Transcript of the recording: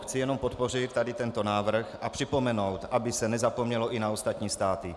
Chci jenom podpořit tento návrh a připomenout, aby se nezapomnělo ani na ostatní státy.